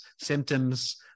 symptoms